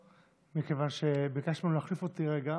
מכיוון שביקשנו להחליף אותי רגע.